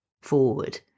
forward